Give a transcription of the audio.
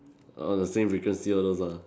err the same frequency all those lah